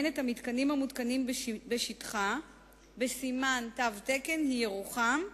את המתקנים המותקנים בשטחה בסימן תן תקן היא ירוחם,